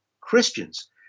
Christians